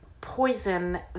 poison